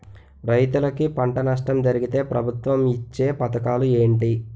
రైతులుకి పంట నష్టం జరిగితే ప్రభుత్వం ఇచ్చా పథకాలు ఏంటి?